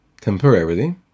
temporarily